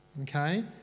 Okay